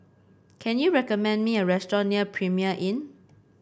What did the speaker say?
can you recommend me a restaurant near Premier Inn